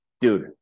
dude